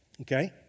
okay